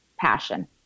Passion